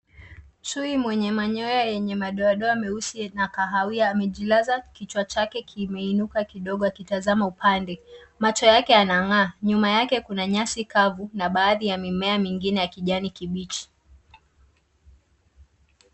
Chui mwenye manyoya yenye madoadoa meusi na kahawia amejilaza kichwa chake kimeinuka kidogo akitazama upande. Macho yake yanang'aa. Nyuma yake kuna nyasi kavu na baadhi ya mimea mingine ya kijani kibichi.